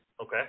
Okay